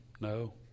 No